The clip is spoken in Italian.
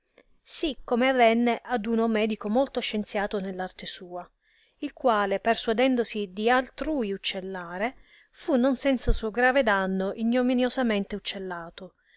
sì come avenne ad uno medico molto scienziato nell arte sua il quale persuadendosi di altrui uccellare fu non senza sua grave danno ignominiosamente uccellato